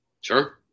Sure